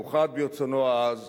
מאוחד ברצונו העז